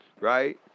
Right